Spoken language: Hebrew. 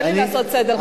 תן לי לעשות סדר.